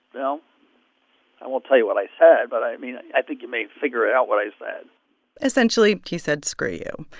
know i won't tell you what i said, but, i mean, i think you may figure it out what i said essentially, he said screw you.